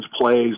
plays